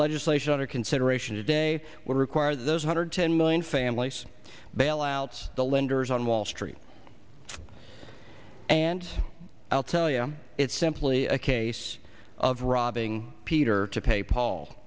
legislation under consideration today will require those hundred ten million families bailouts the lenders on wall street and i'll tell you it's simply a case of robbing peter to pay paul